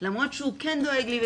למרות שהוא כן דואג לי,